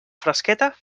fresqueta